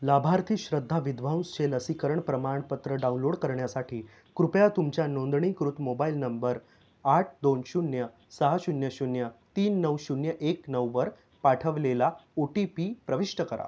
लाभार्थी श्रद्धा विद्वांसचे लसीकरण प्रमाणपत्र डाउनलोड करण्यासाठी कृपया तुमच्या नोंदणीकृत मोबाइल नंबर आठ दोन शून्य सहा शून्य शून्य तीन नऊ शून्य एक नऊ वर पाठवलेला ओ टी पी प्रविष्ट करा